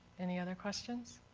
any other questions?